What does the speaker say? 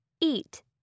eat